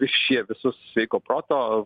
šie visus sveiko proto